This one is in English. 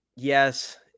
Yes